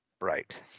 Right